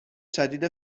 شدید